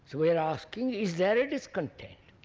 so we are asking is there a discontent